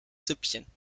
süppchen